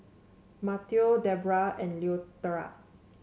Mateo Deborah and Loretta